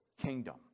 kingdom